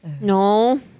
No